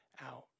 out